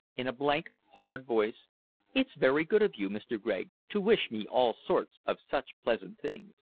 in a blank, hard voice it's very good of you, mr. gregg, to wish me all sorts of such pleasant things.